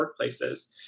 workplaces